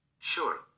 Sure